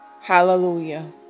hallelujah